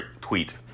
tweet